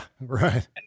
right